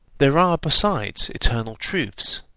there are, besides, eternal truths,